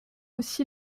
aussi